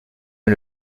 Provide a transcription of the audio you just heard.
est